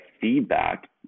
feedback